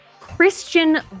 Christian